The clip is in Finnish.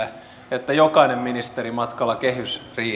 että jokainen ministeri matkalla kehysriiheen